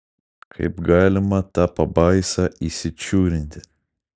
kaip galima tą pabaisą įsičiūrinti